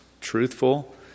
truthful